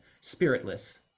spiritless